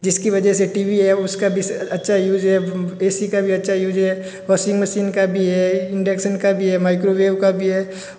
जिसकी वजह से टी वी है उसका भी अच्छा यूज़ है ए सी का भी अच्छा यूज़ है वासिंग मसीन का भी है इंडेक्सन का भी है माइक्रोवेव का भी है